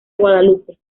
guadalupe